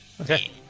Okay